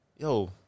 Yo